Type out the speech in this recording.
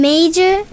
Major